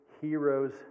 heroes